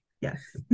yes